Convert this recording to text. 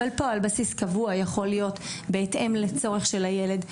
אבל פה זה על בסיס קבוע שיכול להיות בהתאם לצורך של הילד.